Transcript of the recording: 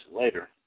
later